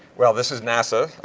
well this is nasa,